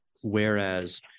Whereas